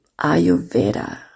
Ayurveda